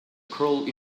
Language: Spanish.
cruel